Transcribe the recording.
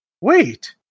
wait